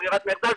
ברירת מחדל,